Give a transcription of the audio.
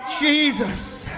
Jesus